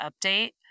update